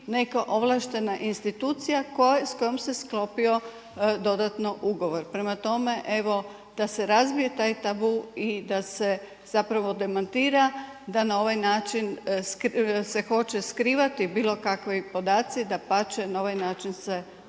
neka ovlaštena institucija s kojom se sklopio dodatno ugovor. Prema tome, evo da se razbije taj tabu i da se demantira da na ovaj način se hoće skrivati bilo kakvi podaci. dapače, na ovaj način se oni